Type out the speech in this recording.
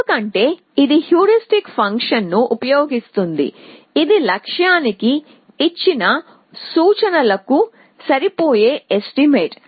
ఎందుకంటే ఇది హ్యూరిస్టిక్ ఫంక్షన్ను ఉపయోగిస్తోంది ఇది లక్ష్యానికి ఇచ్చిన సూచనలకు కు సరిపోయే ఎస్టిమేట్